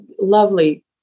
lovely